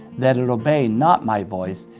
that it obey not my voice,